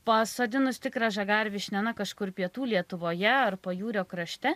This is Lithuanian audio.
pasodinus tikrą žagarvyšnę na kažkur pietų lietuvoje ar pajūrio krašte